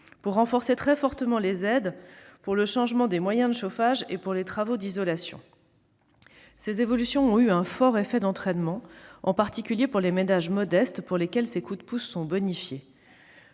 à renforcer très fortement les aides pour les changements de moyens de chauffage et les travaux d'isolation. Ces évolutions ont eu un fort effet d'entraînement, en particulier pour les ménages modestes, pour lesquels ces coups de pouce sont bonifiés